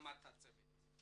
להקמת הצוות.